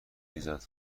ریزد